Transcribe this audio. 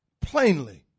plainly